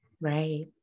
Right